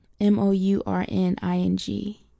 M-O-U-R-N-I-N-G